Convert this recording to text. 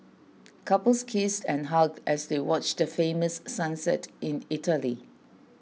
couples kissed and hugged as they watch the famous sunset in Italy